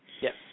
Yes